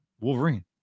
Wolverine